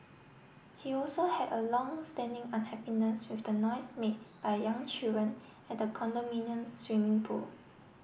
he also had a long standing unhappiness with the noise made by young children at the condominium's swimming pool